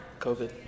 COVID